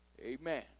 Amen